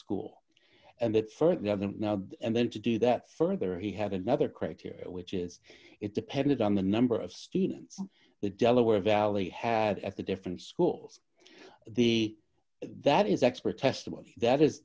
haven't now and then to do that further he had another criteria which is it depended on the number of students the delaware valley had at the different schools the that is expert testimony that is